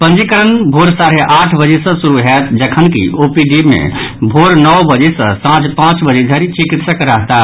पंजीकरण भोर साढ़े आठ बजे सॅ शुरू होयत जखनकि ओपीडी मे भोर नओ बजे सॅ सांझ पांच बजे धरि चिकित्सक रहताह